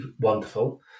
wonderful